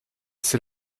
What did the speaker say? c’est